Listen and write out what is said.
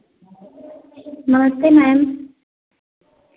नमस्ते मैम